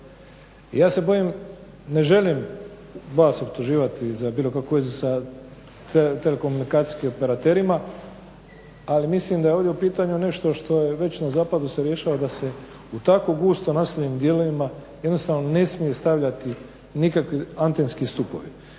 ja se bojim, ne želim vas optuživati za bilo kakvu vezu sa telekomunikacijskim operaterima, ali mislim da je ovdje u pitanju nešto što je već na zapadu se rješava da se u tako gusto naseljenim dijelovima jednostavno ne smije stavljati nikakvi antenski stupovi.